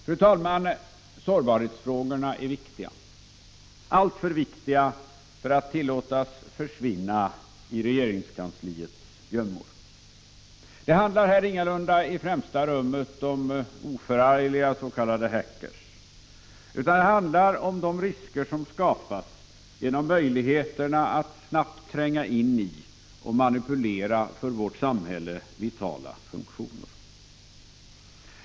Fru talman! Sårbarhetsfrågorna är viktiga, alltför viktiga för att tillåtas försvinna i regeringskansliets gömmor. Det handlar ingalunda i främsta rummet om oförargliga s.k. hackers utan om de risker som skapas genom möjligheterna att snabbt tränga in i och manipulera för vårt samhälle vitala funktioner.